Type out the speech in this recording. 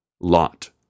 Lot